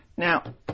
Now